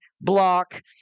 block